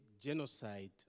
genocide